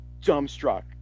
dumbstruck